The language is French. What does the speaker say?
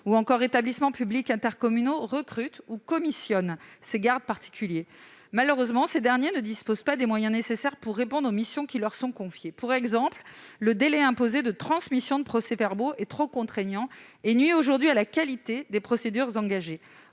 ou encore établissements publics de coopération intercommunale, recrutent ou commissionnent ces gardes particuliers. Malheureusement, ces derniers ne disposent pas des moyens nécessaires pour répondre aux missions qui leur sont confiées. Pour exemple, le délai imposé de transmission des procès-verbaux est trop contraignant et nuit aujourd'hui à la qualité des procédures engagées.